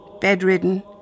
bedridden